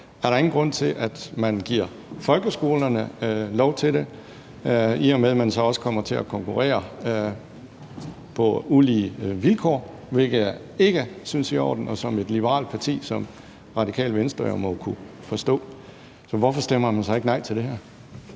er der ingen grund til, at man giver folkeskolerne lov til det, i og med at man så også kommer til at konkurrere på ulige vilkår, hvilket jeg ikke synes er i orden. Det må et liberalt parti som Radikale Venstre jo kunne forstå. Så hvorfor stemmer man så ikke nej til det her?